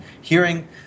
hearing